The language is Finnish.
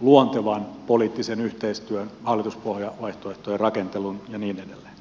luontevan poliittisen yhteistyön hallituspohjavaihtoehtojen rakentelun ja niin edelleen